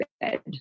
bed